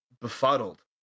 befuddled